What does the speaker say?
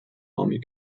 army